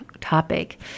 topic